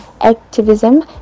activism